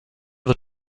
wird